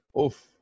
Oof